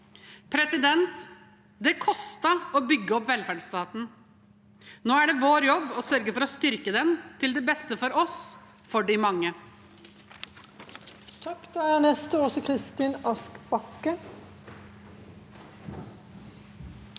fellesarenaer. Det kostet å bygge opp velferdsstaten. Nå er det vår jobb å sørge for å styrke den, til beste for oss, for de mange.